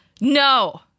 No